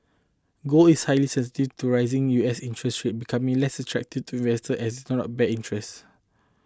gold is highly sensitive to rising U S interest rates becoming less attractive to investor as do not bear interest